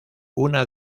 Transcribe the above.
una